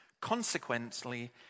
Consequently